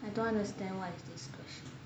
I don't understand what is this question